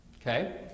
okay